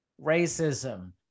racism